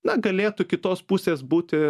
na galėtų kitos pusės būti